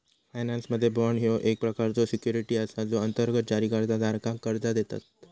फायनान्समध्ये, बाँड ह्यो एक प्रकारचो सिक्युरिटी असा जो अंतर्गत जारीकर्ता धारकाक कर्जा देतत